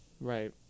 Right